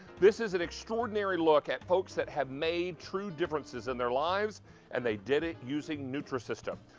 this is an extraordinary look at folks that have made true differences in their lives and they did it using nutrisystem.